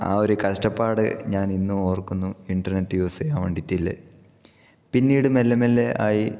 ആ ഒരു കഷ്ടപ്പാട് ഞാൻ ഇന്നും ഓർക്കുന്നു ഇന്റർനെറ്റ് യൂസ് ചെയ്യാൻ വേണ്ടിയിട്ടുള്ളത് പിന്നീട് മെല്ലെ മെല്ലെ ആയി